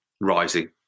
rising